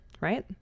right